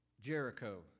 Jericho